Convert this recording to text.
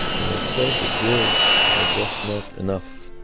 and i felt that words are just not enough.